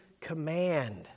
command